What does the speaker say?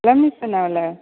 plums என்ன விலை